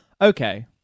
Okay